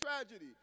tragedy